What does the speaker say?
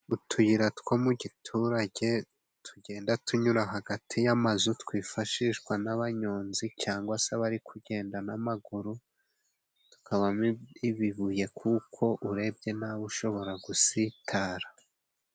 Utuyira two mu giturage tugenda tunyura hagati y'amazu twifashishwa n'abanyonzi cyangwa se abari kugenda n'amaguru, tukabamo ibibuye kuko urebye nabi ushobora gusitara.